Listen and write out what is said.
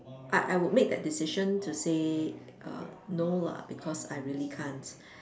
I I would make that decision to say err no lah because I really can't